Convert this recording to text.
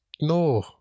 no